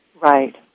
Right